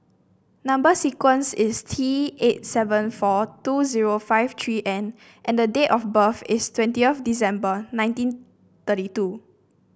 number sequence is T eight seven four two zero five three N and date of birth is twenty of December nineteen thirty two